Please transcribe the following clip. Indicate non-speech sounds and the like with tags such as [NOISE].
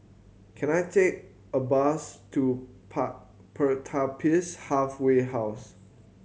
can I take a bus to [UNINTELLIGIBLE] Pertapis Halfway House